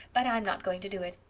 but i'm not going to do it.